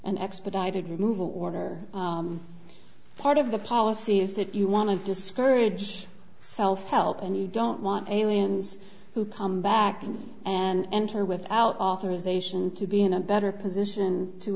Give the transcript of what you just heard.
an expedited removal order part of the policy is that you want to discourage self help and you don't want aliens who come back and enter without authorization to be in a better position to